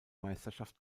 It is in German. meisterschaft